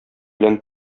белән